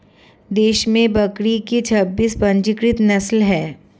देश में बकरी की छब्बीस पंजीकृत नस्लें हैं